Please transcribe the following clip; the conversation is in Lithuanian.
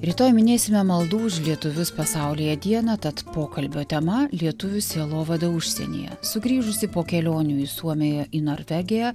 rytoj minėsime maldų už lietuvius pasaulyje dieną tad pokalbio tema lietuvių sielovada užsienyje sugrįžus po kelionių į suomiją į norvegiją